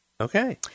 Okay